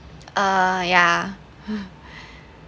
uh ya